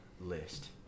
list